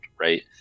right